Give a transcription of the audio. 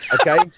okay